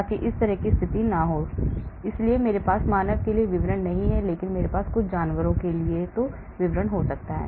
ताकि इस तरह की स्थिति हो सके इसलिए मेरे पास मानव के लिए विवरण नहीं है लेकिन मेरे पास कुछ जानवरों के लिए हो सकता है